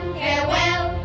farewell